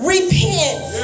Repent